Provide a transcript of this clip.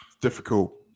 Difficult